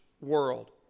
world